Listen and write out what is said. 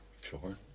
Sure